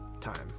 time